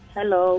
Hello